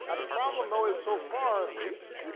the problem, though, is, so far, at least,